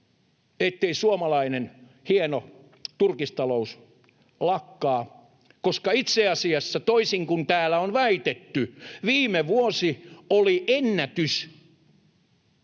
ettei suomalainen hieno turkistalous lakkaa, koska itse asiassa, toisin kuin täällä on väitetty, viime vuosi oli ennätys